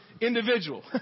individual